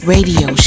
Radio